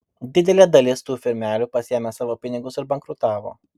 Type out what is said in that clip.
didelė dalis tų firmelių pasiėmė savo pinigus ir bankrutavo